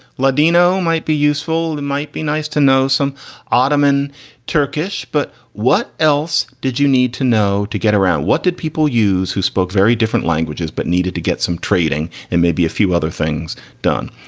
ladino might be useful. it and might be nice to know some ottoman turkish, but what else did you need to know to get around? what did people use who spoke very different languages but needed to get some trading and maybe a few other things done?